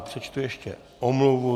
Přečtu ještě omluvu.